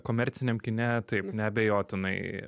komerciniam kine taip neabejotinai